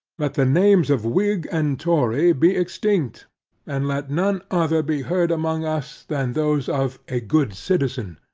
let the names of whig and tory be extinct and let none other be heard among us, than those of a good citizen,